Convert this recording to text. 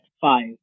five